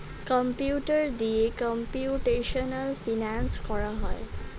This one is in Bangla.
কম্পিউটার দিয়ে কম্পিউটেশনাল ফিনান্স করা হয়